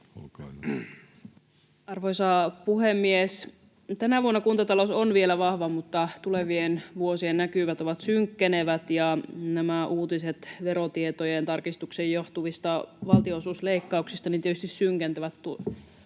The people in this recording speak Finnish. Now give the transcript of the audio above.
Arvoisa puhemies! Tänä vuonna kuntatalous on vielä vahva, mutta tulevien vuosien näkymät ovat synkkenevät, ja nämä uutiset verotietojen tarkistuksesta johtuvista valtionosuusleikkauksista tietysti synkentävät